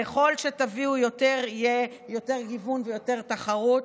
ככל שתביאו יותר יהיו יותר גיוון ויותר תחרות.